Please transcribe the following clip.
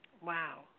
Wow